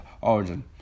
Origin